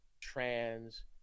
trans